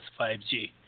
5G